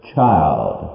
child